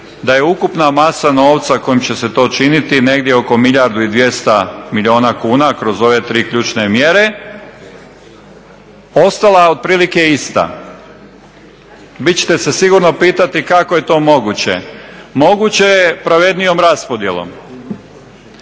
da je ukupna masa novca kojom će se to činiti negdje oko milijardu i 200 milijuna kuna kroz ove tri ključne mjere ostala otprilike ista. Vi ćete se sigurno pitati kako je to moguće? Moguće je pravednijom raspodjelom.